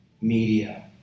media